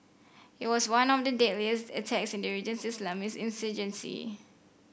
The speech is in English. it was one of the deadliest attacks in the region's Islamist insurgency